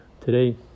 today